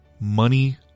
money